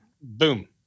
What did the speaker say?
Boom